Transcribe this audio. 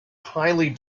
highly